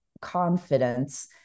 confidence